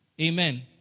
Amen